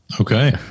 Okay